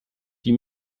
die